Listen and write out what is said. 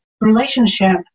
relationship